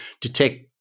detect